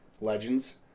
Legends